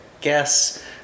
guess